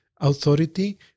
authority